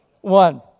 one